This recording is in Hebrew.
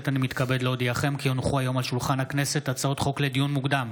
ישיבה ע"ג הישיבה השבעים-ושלוש של הכנסת העשרים-וחמש יום שני,